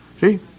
See